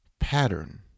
pattern